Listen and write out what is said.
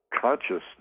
consciousness